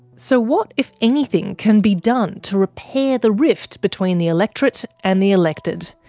so what, if anything, can be done to repair the rift between the electorate and the elected?